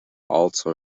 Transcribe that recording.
also